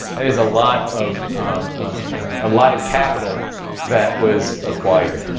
it is a lot of a lot of capital that was acquired.